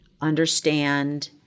understand